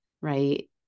right